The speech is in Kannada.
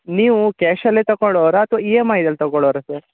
ನೀವು ಕ್ಯಾಶಲ್ಲೇ ತಗೊಳ್ಳೋರ ಅಥ್ವಾ ಇ ಎಮ್ ಐಯಲ್ಲಿ ತಗೊಳೋರ ಸರ್